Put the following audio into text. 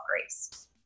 grace